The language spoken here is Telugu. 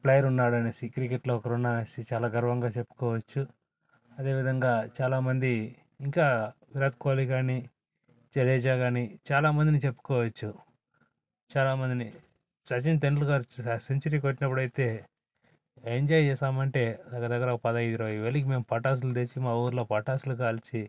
ప్లేయర్ ఉన్నాడు అనేసి క్రికెట్లో ఒకరు ఉన్నారు అనేసి చాలా గర్వంగా చెప్పుకోవచ్చు అదేవిధంగా చాలామంది ఇంకా విరాట్ కోహ్లీ కానీ జడేజా కానీ చాలా మందిని చెప్పుకోవచ్చు చాలామందిని సచిన్ టెండుల్కర్ సెంచరీ కొట్టినప్పుడైతే ఎంజాయ్ చేసాము అంటే దగ్గర దగ్గర ఒక పది ఇరవై వేలకి మేము పటాకులు తెచ్చి మా ఊళ్ళో పటాకులు కాల్చి